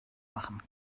machen